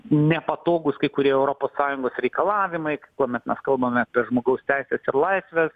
nepatogūs kai kurie europos sąjungos reikalavimai kuomet mes kalbame apie žmogaus teises ir laisves